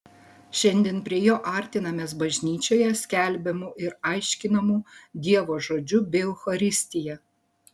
šiandien prie jo artinamės bažnyčioje skelbiamu ir aiškinamu dievo žodžiu bei eucharistija